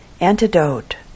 antidote